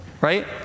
right